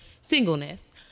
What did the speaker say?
singleness